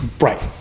Right